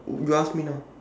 you ask me now